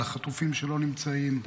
על החטופים שלא נמצאים,